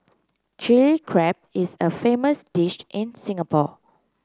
Chilli Crab is a famous dish in Singapore